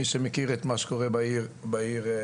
מי שמכיר את מה שקורה בעיר אילת,